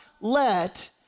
let